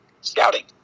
scouting